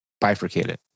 Bifurcated